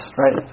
right